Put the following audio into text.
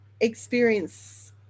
experience